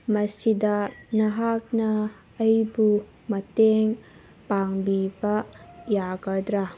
ꯃꯁꯤꯗ ꯅꯍꯥꯛꯅ ꯑꯩꯕꯨ ꯃꯇꯦꯡ ꯄꯥꯡꯕꯤꯕ ꯌꯥꯒꯗ꯭ꯔ